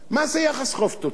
מה זה יחס חוב תוצר?